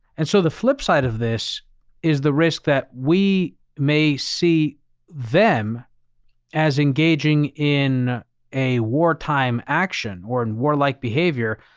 and so the flip side of this is the risk that we may see them as engaging in a wartime action or in warlike behavior,